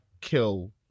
kill